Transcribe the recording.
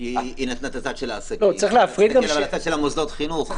את הצד של העסקים ויש גם את הצד של מוסדות החינוך.